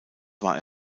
war